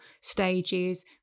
stages